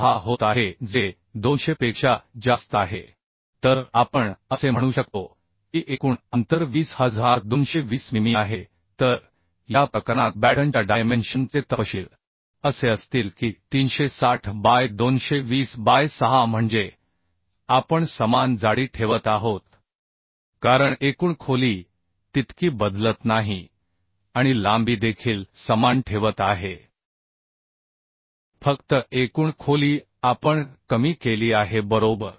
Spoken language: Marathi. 6 होत आहे जे 200 पेक्षा जास्त आहे तर आपण असे म्हणू शकतो की एकूण अंतर 20220 मिमी आहे तर या प्रकरणात बॅटनच्या डायमेन्शन चे तपशील असे असतील की 360 बाय 220 बाय 6 म्हणजे आपण समान जाडी ठेवत आहोतकारण एकूण खोली तितकी बदलत नाही आणि लांबी देखील समान ठेवत आहे फक्त एकूण खोली आपण कमी केली आहे बरोबर